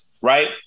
right